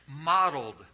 modeled